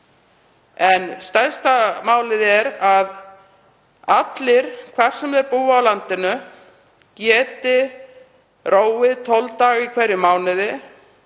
Stærsta málið er að allir, hvar sem þeir búa á landinu, geti róið 12 daga í hverjum mánuði